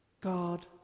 God